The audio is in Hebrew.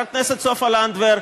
חברת הכנסת סופה לנדבר,